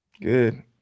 Good